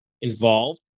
involved